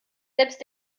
selbst